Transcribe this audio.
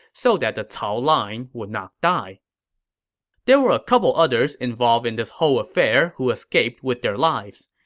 so that the cao line would not die there were a couple others involved in this whole affair who escaped with their lives.